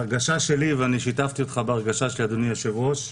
ההרגשה שלי, ושיתפתי אותך בה אדוני היושב-ראש,